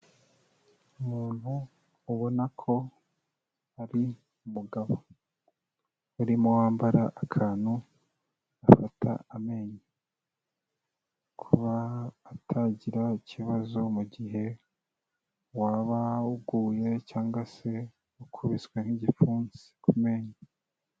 Umuntu ubona ko ari umugabo, urimo wambara akantu gafata amenyo, kuba atagira ikibazo mu gihe waba uguye cyangwa se ukubiswe nk'igipfunsi ku menyo.